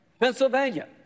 Pennsylvania